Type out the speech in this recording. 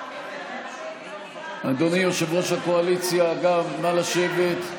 אדוני יושב-ראש הקואליציה, גם נא לשבת.